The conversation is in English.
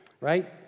right